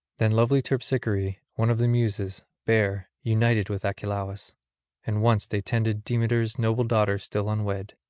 them lovely terpsichore, one of the muses, bare, united with achelous and once they tended demeter's noble daughter still unwed,